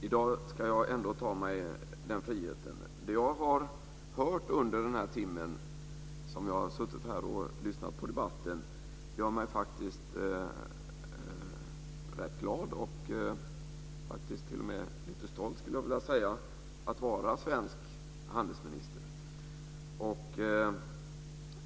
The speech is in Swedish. I dag ska jag ändå ta mig den friheten. Vad jag hört under den timme som jag har suttit här och lyssnat på debatten gör mig faktiskt rätt glad, och t.o.m. lite stolt - skulle jag vilja säga - över att vara svensk handelsminister.